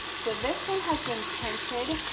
so, this one has been printed